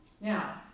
Now